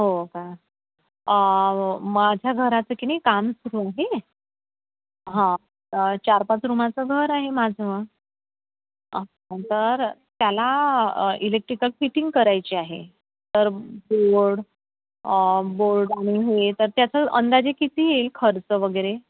हो का माझ्या घराचं की नाही काम सुरू आहे हां चार पाच रूमाचं घर आहे माझं तर त्याला इलेक्ट्रिकल फिटिंग करायची आहे तर बोर्ड बोर्ड आणि हे तर त्याचं अंदाजे किती येईल खर्च वगैरे